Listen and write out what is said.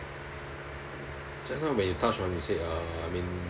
just now when you touch on you said uh I mean